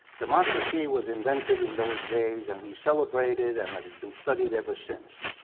democracy was invented in those days, and we celebrated, and it's been studied ever since.